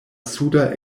suda